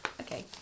okay